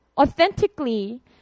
authentically